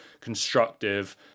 constructive